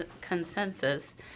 consensus